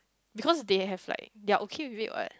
because they have like they're okay with it what